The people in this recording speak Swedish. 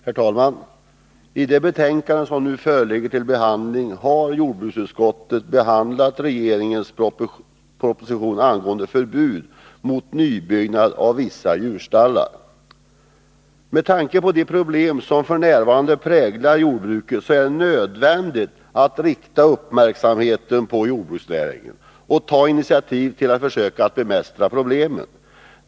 Herr talman! I det betänkande som nu föreligger har jordbruksutskottet behandlat regeringens proposition angående förbud mot nybyggnad av vissa djurstallar. Med tanke på de problem som f. n. präglar jordbruket är det nödvändigt att rikta uppmärksamheten på jordbruksnäringen och ta initiativ till att försöka bemästra problemen.